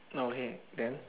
okay then